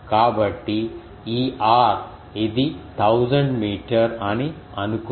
కాబట్టి ఈ r ఇది 1000 మీటర్ అని అనుకుందాం